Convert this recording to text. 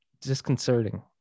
disconcerting